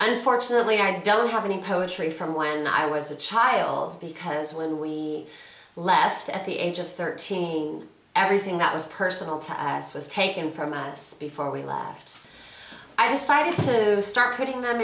unfortunately i don't have any poetry from when i was a child because when we left at the age of thirteen everything that was personal to us was taken from us before we lived so i decided to start putting them